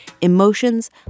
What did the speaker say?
emotions